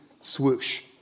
Swoosh